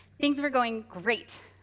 things were going great,